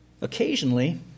Occasionally